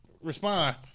Respond